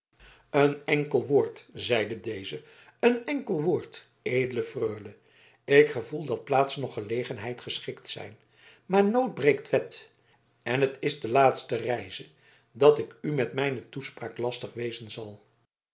een enkel woord zeide deze een enkel woord edele freule ik gevoel dat plaats noch gelegenheid geschikt zijn maar nood breekt wet en het is de laatste reize dat ik u met mijne toespraak lastig wezen zal